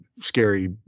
scary